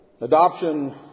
Adoption